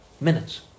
Minutes